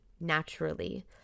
naturally